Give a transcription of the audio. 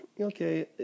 Okay